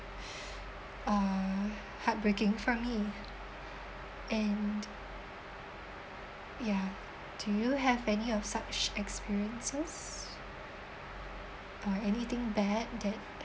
uh heartbreaking for me and ya do you have any of such experiences uh anything bad that